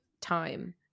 time